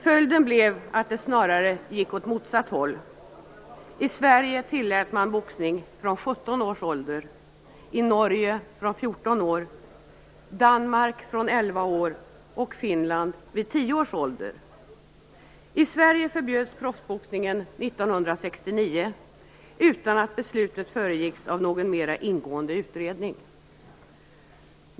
Följden blev att det snarare gick åt motsatt håll. I Sverige tillät man boxning från 17 års ålder, i 1969 utan att beslutet föregicks av någon mera ingående utredning.